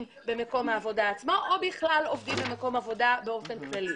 במקום העבודה עצמו או בכלל עובדים במקום עבודה באופן כללי.